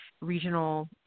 regional